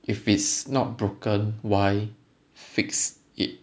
if it's not broken why fix it